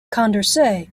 condorcet